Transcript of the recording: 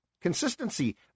Consistency